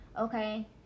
okay